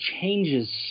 changes